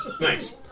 Nice